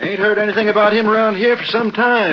your heard anything about him around here for some time